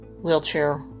wheelchair